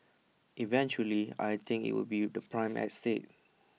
eventually I think IT will be the prime estate